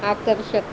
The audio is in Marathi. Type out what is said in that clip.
आकर्षक